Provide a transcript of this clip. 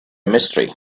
mystery